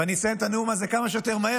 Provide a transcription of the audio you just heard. ואני אסיים את הנאום הזה כמה שיותר מהר